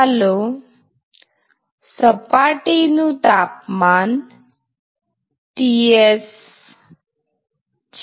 ચાલો સપાટીનું તાપમાન Ts છે